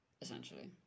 Essentially